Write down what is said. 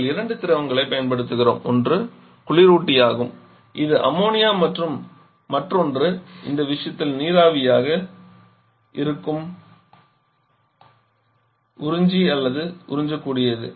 நாங்கள் இரண்டு திரவங்களைப் பயன்படுத்துகிறோம் ஒன்று குளிரூட்டியாகும் இது அம்மோனியா மற்றும் மற்றொன்று இந்த விஷயத்தில் நீராவியாக இருக்கும் உறிஞ்சி அல்லது உறிஞ்சக்கூடியது